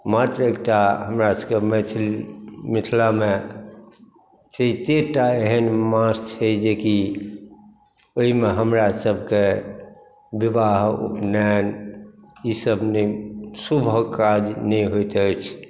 मात्र एकटा हमरासभके मैथिल मिथिलामे चैते टा एहन मास छै जे कि ओहिमे हमरासभके विवाह उपनयन ई सभ नहि शुभक काज नहि होइत अछि